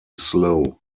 slow